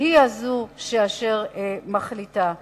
והיא זו אשר מחליטה.